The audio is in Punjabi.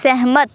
ਸਹਿਮਤ